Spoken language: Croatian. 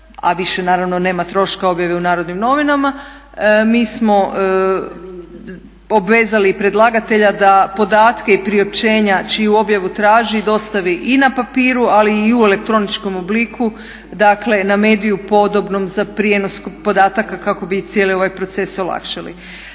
a više naravno nema troška objave u Narodnim novinama. Mi smo obvezali predlagatelja da podatke i priopćenja čiju objavu traži dostavi i na papiru, ali i u elektroničkom obliku dakle na mediju podobnom za prijenos podataka kako bi cijeli ovaj proces olakšali.